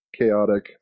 chaotic